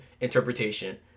interpretation